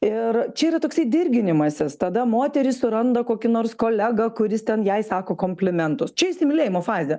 ir čia yra toksai dirginimasis tada moteris suranda kokį nors kolegą kuris ten jai sako komplimentus čia įsimylėjimo fazė